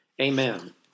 amen